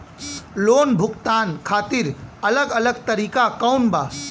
Loan भुगतान खातिर अलग अलग तरीका कौन बा?